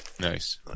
Nice